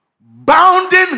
bounding